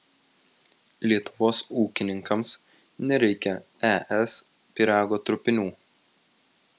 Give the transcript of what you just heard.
lietuvos ūkininkams nereikia es pyrago trupinių